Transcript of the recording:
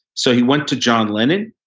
so he went to john lennon,